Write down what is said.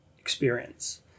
experience